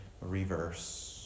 Reverse